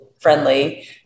friendly